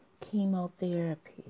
chemotherapy